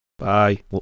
Bye